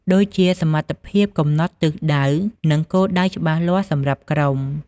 ដូចជាមានសមត្ថភាពកំណត់ទិសដៅ និងគោលដៅច្បាស់លាស់សម្រាប់ក្រុម។